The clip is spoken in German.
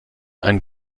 ein